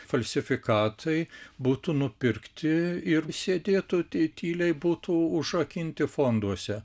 falsifikatai būtų nupirkti ir sėdėtų ty tyliai būtų užrakinti fonduose